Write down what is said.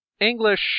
English